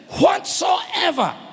Whatsoever